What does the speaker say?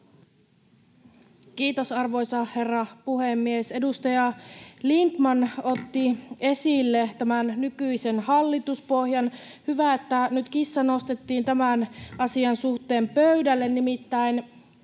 Kiitos, arvoisa herra puhemies! Edustaja Lindtman otti esille tämän nykyisen hallituspohjan. On hyvä, että nyt kissa nostettiin tämän asian suhteen pöydälle.